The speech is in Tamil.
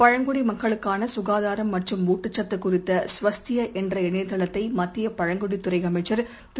பழங்குடிமக்களுக்கானசுகாதாரம் மற்றும் ஊட்டச்சத்துகுறித்த ஸ்வஸ்த்யாஎன்ற இணையதளத்தைமத்தியபழங்குடித் துறைஅமைச்சர் திரு